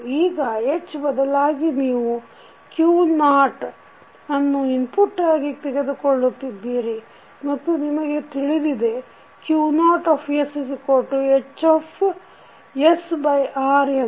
ಈಗ h ಬದಲಾಗಿ ನೀವು q ನಾಟ್ ಅನ್ನು ಇನ್ಪುಟ್ ಆಗಿ ತೆಗೆದುಕೊಳ್ಳುತ್ತಿದ್ದೀರಿ ಮತ್ತು ನಿಮಗೆ ತಿಳಿದಿದೆ Q0sHR ಎಂದು